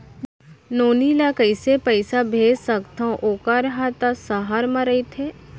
नोनी ल कइसे पइसा भेज सकथव वोकर हा त सहर म रइथे?